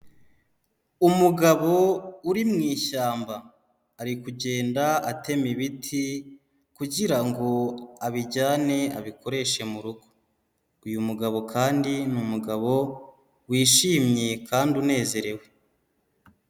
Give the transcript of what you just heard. Umugabo uri mu ishyamba, ari kugenda atema ibiti kugira ngo abijyane abikoreshe mu rugo, uyu mugabo kandi ni umugabo wishimye kandi unezerewe.